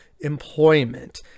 employment